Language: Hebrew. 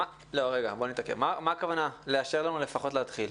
למה הכוונה לאשר לנו לפחות להתחיל?